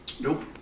Nope